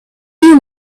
you